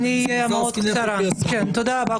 תודה רבה.